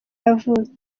yavutse